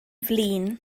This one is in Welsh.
flin